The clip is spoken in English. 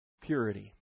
purity